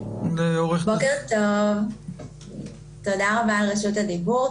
תודה רבה על רשות הדיבור.